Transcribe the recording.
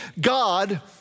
God